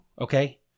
okay